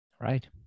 Right